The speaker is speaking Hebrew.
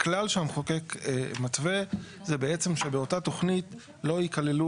הכלל שהמחוקק מתווה זה בעצם שבאותה תוכנית לא יכללו